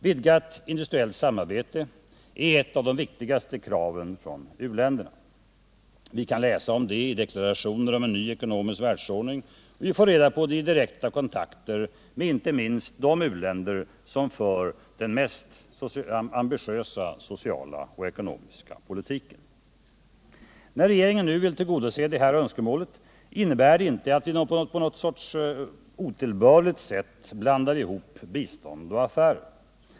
Vidgat industriellt samarbete är ett av de viktigaste krav u-länderna reser. Vi kan läsa det i deklarationerna om en ny ekonomisk världsordning. Vi får reda på det i direkta kontakter med inte minst de u-länder som för den mest ambitiösa sociala och ekonomiska politiken. När regeringen nu vill tillgodose detta önskemål innebär det inte att vi på ett otillbörligt sätt ”blandar ihop” bistånd och affärer.